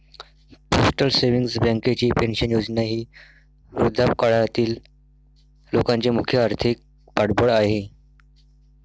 postal savings बँकेची pension योजना ही वृद्धापकाळातील लोकांचे मुख्य आर्थिक पाठबळ आहे